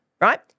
right